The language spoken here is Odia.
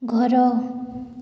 ଘର